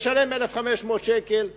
הוא ישלם 1,500 שקל,